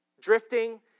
Drifting